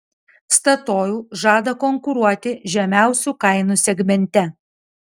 statoil žada konkuruoti žemiausių kainų segmente